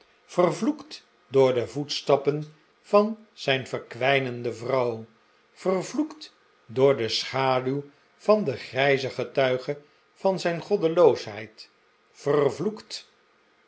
vervloekt door de voetstappen van zijn verkwijnende vrouw vervloekt door de schaduw van den grijzen getuige van zijn god